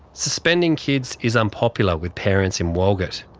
suspending kids is unpopular with parents in walgett,